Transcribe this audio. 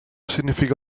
significó